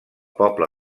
poble